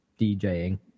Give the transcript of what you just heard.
DJing